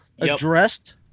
addressed